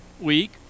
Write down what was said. week